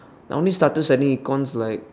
I only started studying econs like